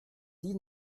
die